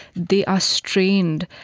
they are strained.